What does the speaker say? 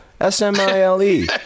S-M-I-L-E